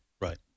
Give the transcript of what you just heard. Right